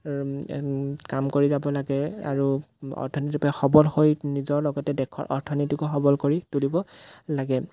কাম কৰি যাব লাগে আৰু অৰ্থনীতিৰপৰা সবল হৈ নিজৰ লগতে দেশৰ অৰ্থনীতিকো সবল কৰি তুলিব লাগে